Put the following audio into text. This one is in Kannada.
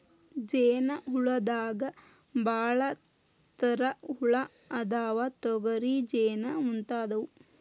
ಜೇನ ಹುಳದಾಗ ಭಾಳ ತರಾ ಹುಳಾ ಅದಾವ, ತೊಗರಿ ಜೇನ ಮುಂತಾದವು